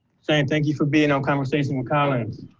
so and thank you for being on conversation with collins.